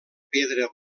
pedra